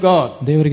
God